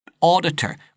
auditor